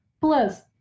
plus